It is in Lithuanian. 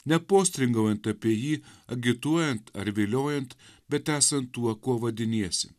nepostringaujant apie jį agituojant ar viliojant bet esant tuo kuo vadiniesi